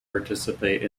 participate